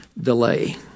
delay